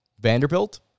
Vanderbilt